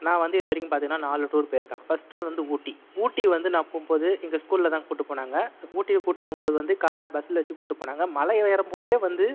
நான் வந்து இதுவரைக்கும் பார்த்தீங்கன்னா நாலு டூர் போயிருக்கேன் ஃபர்ஸ்ட் ஒன் வந்து ஊட்டி ஊட்டி வந்து நான் போகும் போது எங்கள் ஸ்கூலில் தான் கூட்டி போனாங்க ஊட்டிக்கு கூட்டி போகும்போது வந்து பஸ்ஸில் வச்சு கூட்டி போனாங்க மலை ஏறும் போதே வந்து